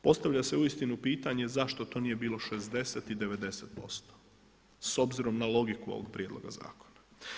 Postavlja se uistinu pitanje zašto to nije bilo 60 i 90% s obzirom na logiku ovog prijedloga zakona.